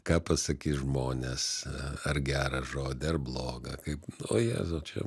ką pasakys žmonės ar gerą žodį ar blogą kaip o jėzau čia